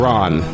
Ron